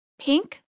pink